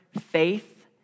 faith